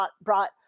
brought